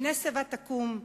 "מפני שיבה תקום",